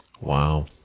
Wow